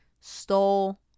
stole